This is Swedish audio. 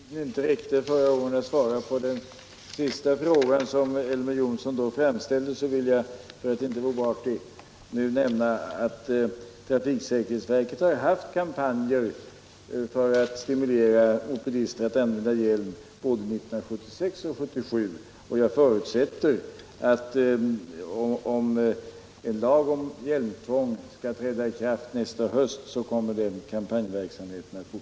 Herr talman! Eftersom tiden inte räckte till förra gången att svara på sista frågan som Elver Jonsson framställde, vill jag för att inte vara oartig nämna att trafiksäkerhetsverket har haft kampanjer för att stimulera mopedister att använda hjälm både 1976 och 1977. Jag förutsätter att om